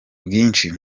bwinshi